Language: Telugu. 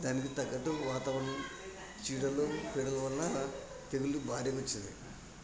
దానికి తగ్గట్టు వాతావరణం చీడలు పీడల వల్ల తెగులు భారిగా వచ్చినాయి